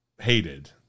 hated